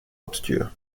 obscur